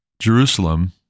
Jerusalem